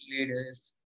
Leaders